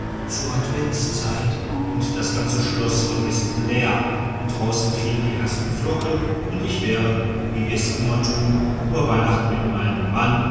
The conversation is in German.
zur adventszeit und das ganze schloß von gästen leer und draußen fielen die ersten flocken und ich wäre wie wir's immer tun über weihnachten mit meinem mann